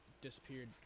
disappeared